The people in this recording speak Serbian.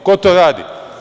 Ko to radi?